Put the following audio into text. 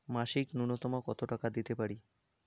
মাসিক নূন্যতম কত টাকা দিতে পারি?